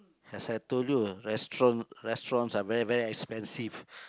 as I told you ah restaurant restaurants are very very expensive